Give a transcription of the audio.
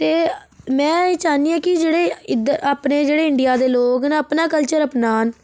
ते में एह् चाहन्नी आं कि जेह्ड़े इद्धर अपने इंडिया दे लोग न अपना कल्चर अपनान